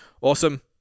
awesome